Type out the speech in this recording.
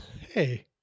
hey